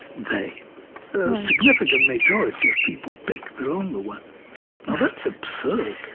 they, a significant majority of people pick the longer one now, that's absurd,